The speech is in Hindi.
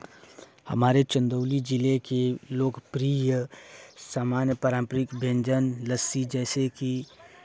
हमारे चन्दौली जिले की लोकप्रिय सामान्य पारम्परिक व्यंजन लस्सी जैसे कि